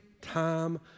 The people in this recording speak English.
time